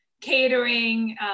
catering